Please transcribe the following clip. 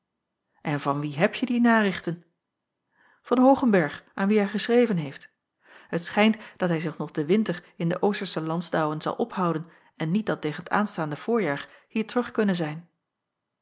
en van wien hebje die narichten van hoogenberg aan wien hij geschreven heeft het schijnt dat hij zich nog den winter in de oostersche landsdouwen zal ophouden en niet dan tegen t aanstaande voorjaar hier terug kunnen zijn